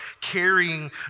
carrying